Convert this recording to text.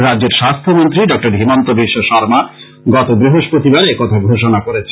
রাজ্যের স্বাস্থ্যমন্ত্রী ড হিমন্ত বিশ্ব শর্মা গত বৃহস্পিতিবার একথা ঘোষনা করেছেন